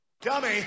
Dummy